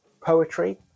poetry